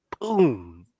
Boom